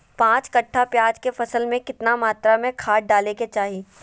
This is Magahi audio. पांच कट्ठा प्याज के फसल में कितना मात्रा में खाद डाले के चाही?